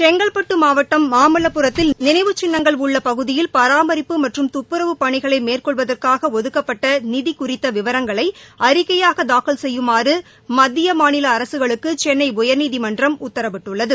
செங்கல்பட்டு மாவட்டம் மாமல்லபுரத்தில் நினைவுச் சின்னங்கள் உள்ள பகுதியில் பராமரிப்பு மற்றும் துப்புரவுப் பணிகளை மேற்கொள்வதற்காக ஒதுக்கப்பட்ட நிதி குறித்த விவரங்களைஅறிக்கையாக தாக்கல் செய்யுமாறு மத்திய மாநில அரசுகளுக்கு சென்னை உயர்நீதிமன்றம் உத்தரவிட்டுள்ளது